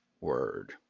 word